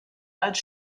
als